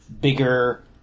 bigger